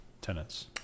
tenants